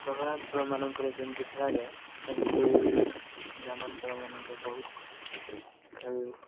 ସହରାଞ୍ଚଳ ମାନଙ୍କରେ ଯେମିତି ଖେଳାଯାଏ ସେମିତି ଗ୍ରାମାଞ୍ଚଳ ମାନଙ୍କର ବହୁତ ଖେଳ